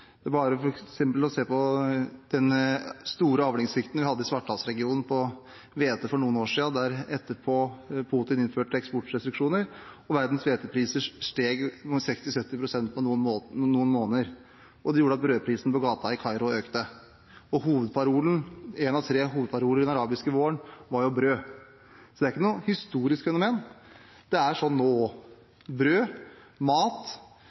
bare å se på den store avlingssvikten på hvete vi hadde ved Svartehavsregionen for noen år siden, der Putin etterpå innførte eksportrestriksjoner og verdens hvetepriser steg med 60–70 pst. på noen måneder. Det gjorde at brødprisen på gaten i Kairo økte. En av tre hovedparoler i den arabiske våren var jo brød. Så det er ikke noe historisk fenomen. Det er sånn nå også: Blir det uro rundt brød, mat,